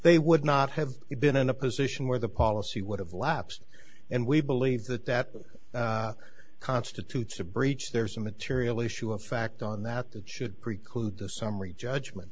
they would not have been in a position where the policy would have lapsed and we believe that that constitutes a breach there's a material issue of fact on that that should preclude the summary judgment